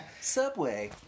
Subway